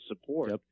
support